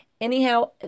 Anyhow